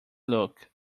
look